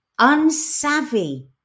unsavvy